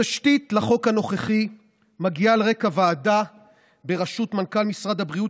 התשתית לחוק הנוכחי מגיעה על רקע ועדה בראשות מנכ"ל משרד הבריאות,